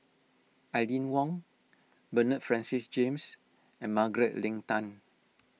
Aline Wong Bernard Francis James and Margaret Leng Tan